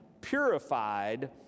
purified